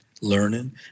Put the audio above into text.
learning